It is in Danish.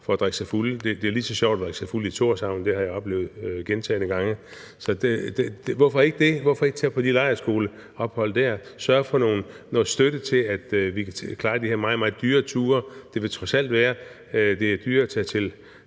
for at drikke sig fulde. Det er lige så sjovt at drikke sig fuld i Thorshavn – det har jeg oplevet gentagne gange. Hvorfor ikke tage på lejrskoleophold der? Og lad os sørge for noget støtte til, at vi kan klare de her meget, meget dyre ture, som det trods alt vil være; det er dyrere at tage til